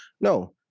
No